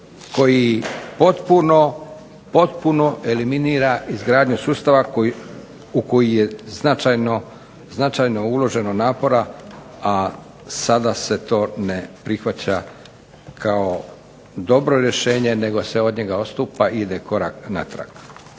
koji potpuno eliminira izgradnju sustava u koji je značajno uloženo uloženo napora, a sada se to ne prihvaća kao dobro rješenje nego se od njega odstupa i ide korak natrag.